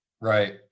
Right